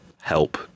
help